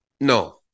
no